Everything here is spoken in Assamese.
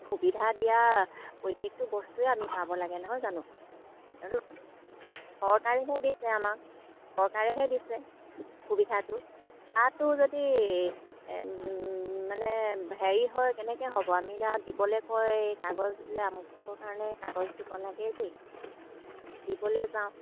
সুবিধা দিয়া প্ৰত্যেকটো বস্তুৱে আমি পাব লাগে নহয় জানো এইটো চৰকাৰেহে দিছে আমাক চৰকাৰেহে দিছে সুবিধাটো তাতো যদি মানে হেৰি হয় কেনেকৈ হ'ব আমি এতিয়া দিবলৈ কয় এই কাগজ বোলে আমুকৰ কাৰণে কাগজ দিব লাগে দেই দিবলৈ যাওঁ